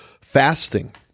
Fasting